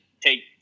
take